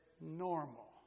normal